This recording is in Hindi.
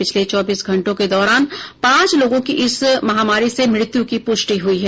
पिछले चौबीस घंटों के दौरान पांच लोगों की इस महामारी से मृत्यू की प्रष्टि हुई है